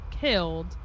killed